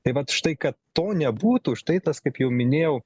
taip vat štai kad to nebūtų štai tas kaip jau minėjau